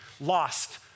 lost